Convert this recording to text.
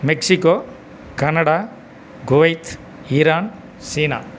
Mexico Canada Kuwait Iran China